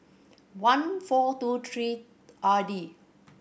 one four two three Ardi